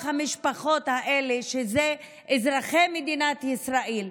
המשפחות האלה שהם אזרחי מדינת ישראל,